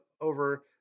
over